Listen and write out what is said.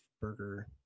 burger